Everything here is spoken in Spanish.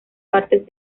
partes